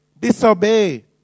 disobey